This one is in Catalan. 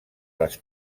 les